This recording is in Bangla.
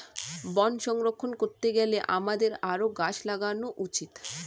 বন সংরক্ষণ করতে গেলে আমাদের আরও গাছ লাগানো উচিত